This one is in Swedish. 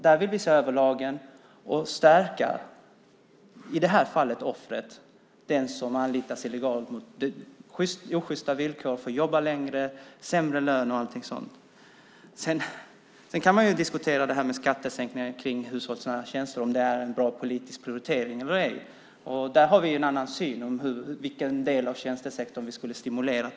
Där vill vi se över lagen och stärka i det här fallet offret, den som anlitas på osjysta villkor genom att han eller hon får jobba längre, har sämre lön och allt sådant. Sedan kan man diskutera detta med skattesänkningar för hushållsnära tjänster, om det är en bra politisk prioritering eller ej; vi har en annan syn vad gäller vilken del av tjänstesektorn vi ska stimulera.